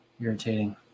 irritating